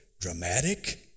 dramatic